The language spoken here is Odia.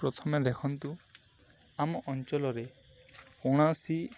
ପ୍ରଥମେ ଦେଖନ୍ତୁ ଆମ ଅଞ୍ଚଳରେ କୌଣସି